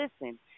listen